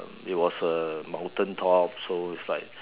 it was a mountain top so it's like